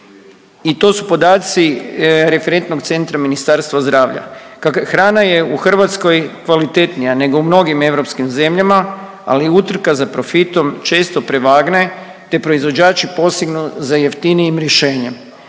i to su podaci Referentnog centra Ministarstva zdravlja. Hrana je u Hrvatskoj kvalitetnija nego u mnogim europskim zemljama, ali utrka za profitom često prevagne, te proizvođači posegnu za jeftinijim rješenjem.